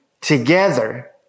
together